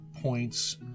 points